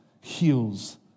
heals